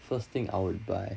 first thing I will buy